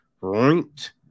right